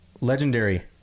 Legendary